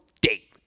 daily